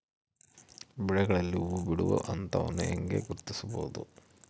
ಬೆಳೆಗಳಲ್ಲಿ ಹೂಬಿಡುವ ಹಂತವನ್ನು ಹೆಂಗ ಗುರ್ತಿಸಬೊದು?